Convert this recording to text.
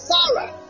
Sarah